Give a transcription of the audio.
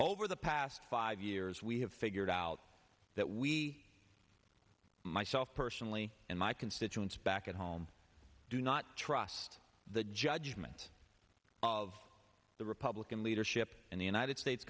over the past five years we have figured out that we myself personally and my constituents back at home do not trust the judgment of the republican leadership in the united states